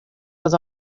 was